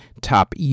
Top